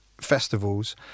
festivals